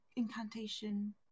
incantation